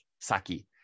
Saki